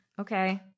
Okay